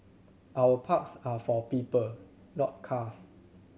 our parks are for people not cars